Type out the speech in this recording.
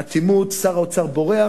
אטימות, שר האוצר בורח.